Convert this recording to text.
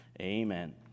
Amen